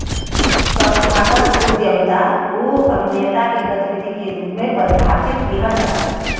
संस्थागत उद्यमिता के उ अभिनेता के गतिविधि के रूप में परिभाषित किहल जाला